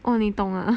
哦你懂 ah